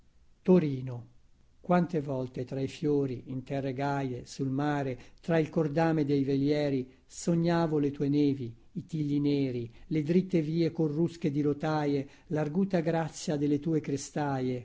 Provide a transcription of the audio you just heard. torino i quante volte tra i fiori in terre gaie sul mare tra il cordame dei velieri sognavo le tue nevi i tigli neri le dritte vie corrusche di rotaie l'arguta grazia delle tue crestaie